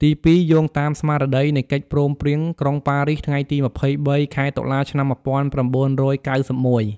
ទីពីរ យោងតាមស្មារតីនៃកិច្ចព្រមព្រៀងក្រុងប៉ារីសថ្ងៃទី២៣ ខែតុលា ឆ្នាំ១៩៩១។